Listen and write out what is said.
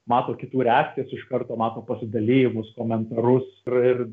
mato kitų reakcijas iš karto mato pasidalijimus komentarus ir ir